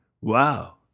wow